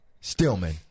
Stillman